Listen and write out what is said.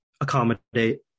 accommodate